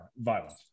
violence